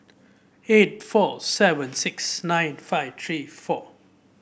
eight four seven six nine five three four